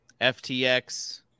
FTX